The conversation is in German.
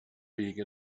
wege